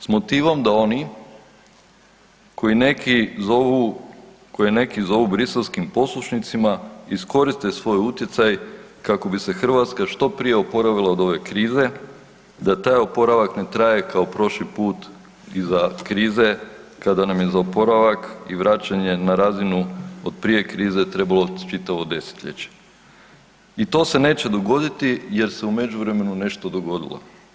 S motivom da oni koji neki zovu, koje neki zovu briselskim poslušnicima iskoriste svoj utjecaj kako bi se Hrvatska što prije oporavila od ove krize, da taj oporavak ne traje kao prošli put iza krize kada nam je za oporavak i vraćanje na razinu od prije krize trebalo je čitavo desetljeće i to se neće dogoditi jer se u međuvremenu nešto dogodilo.